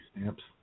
stamps